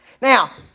Now